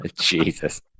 Jesus